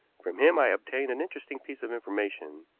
from him i obtained an interesting piece of information.